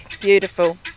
Beautiful